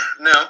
No